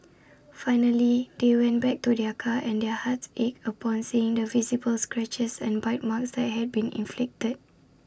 finally they went back to their car and their hearts ached upon seeing the visible scratches and bite marks that had been inflicted